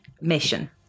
mission